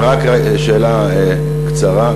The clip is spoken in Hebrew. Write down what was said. שאלה קצרה.